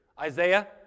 Isaiah